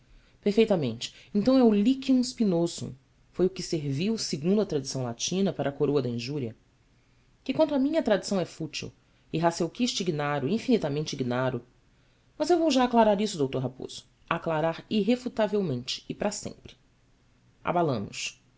perfeitamente então é o lycium spinosum foi o que serviu segundo a tradição latina para a coroa da injúria que quanto a mim a tradição é fútil e hasselquist ignaro infinitamente ignaro mas eu vou já aclarar isso d raposo aclarar irrefutavelmente e para sempre